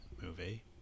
movie